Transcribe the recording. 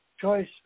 choice